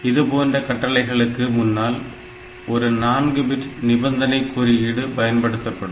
இதுபோன்ற கட்டளைகளுக்கு முன்னால் ஒரு 4 பிட்டு நிபந்தனை குறியீடு பயன்படுத்தப்படும்